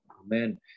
Amen